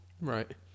Right